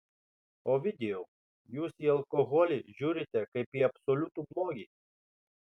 ovidijau jūs į alkoholį žiūrite kaip į absoliutų blogį